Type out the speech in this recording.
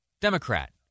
Democrat